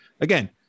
again